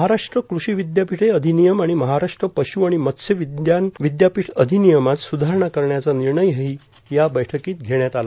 महाराष्ट्र कृषी विद्यापीठे अधिनियम आणि महाराष्ट्र पश् आणि मत्स्य विज्ञान विदयापीठ अधिनियमात सुधारणा करण्याचा निर्णयही या बैठकीत घेण्यात आला